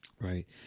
Right